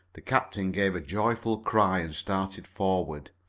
the captain gave a joyful cry and started forward.